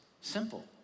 simple